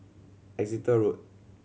Exeter Road